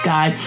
God